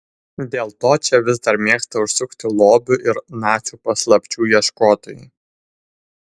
dėl to čia vis dar mėgsta užsukti lobių ir nacių paslapčių ieškotojai